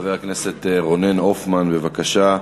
חבר הכנסת רונן הופמן, בבקשה.